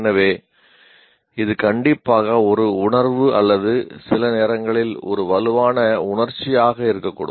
எனவே இது கண்டிப்பாக ஒரு உணர்வு அல்லது சில நேரங்களில் ஒரு வலுவான உணர்ச்சியாக இருக்கக்கூடும்